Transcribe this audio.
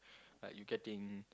like you getting